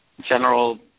general